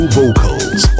vocals